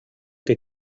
que